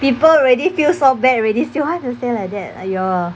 people already feel so bad already still want to say like that !aiyo!